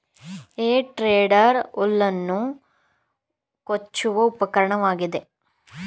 ಹೇ tedder ಹುಲ್ಲನ್ನು ಕೊಚ್ಚುವ ಉಪಕರಣವಾಗಿದೆ